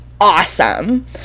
awesome